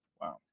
Wow